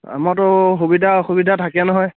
আমাৰতো সুবিধা অসুবিধা থাকে নহয়